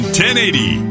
1080